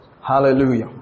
Hallelujah